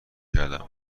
کردم